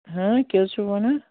ہاں کیٛاہ حظ چھُو وَنان